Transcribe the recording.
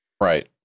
Right